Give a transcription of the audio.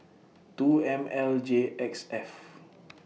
two M L J X F